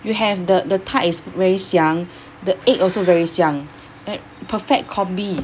you have the the tart is very 香 the egg also very 香 and perfect combi